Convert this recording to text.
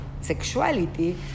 sexuality